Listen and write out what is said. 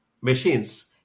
machines